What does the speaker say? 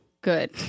good